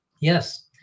Yes